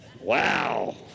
Wow